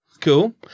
cool